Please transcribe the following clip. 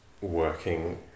working